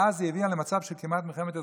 ואז היא הביאה למצב של כמעט מלחמת אזרחים,